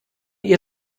ihr